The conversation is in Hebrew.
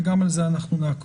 וגם אחר זה אנחנו נעקוב.